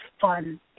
fun